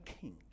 king